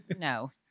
no